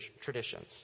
traditions